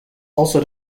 also